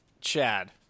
chad